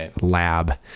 lab